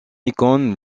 icônes